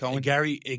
Gary